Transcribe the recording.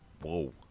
Whoa